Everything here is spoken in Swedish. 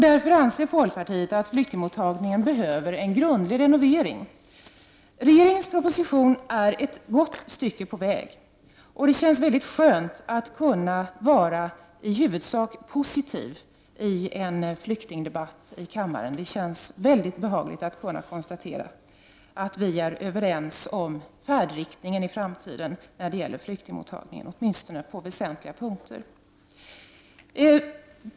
Därför anser vi i folkpartiet att flyktingmottagningen grundligt behöver renoveras. Med regeringens proposition kommer vi ett gott stycke på vägen. Det känns mycket skönt att kunna vara i huvudsak positiv i flyktingdebatten här i kammaren. Det är alltså mycket behagligt att kunna konstatera att vi är överens om färdriktningen i framtiden när det gäller flyktingmottagningen, åtminstone på väsentliga punkter.